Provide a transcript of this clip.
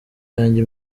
yanjye